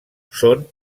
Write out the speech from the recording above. són